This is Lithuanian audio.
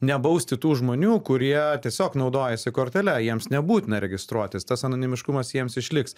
nebausti tų žmonių kurie tiesiog naudojasi kortele jiems nebūtina registruotis tas anonimiškumas jiems išliks